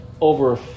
over